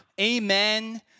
Amen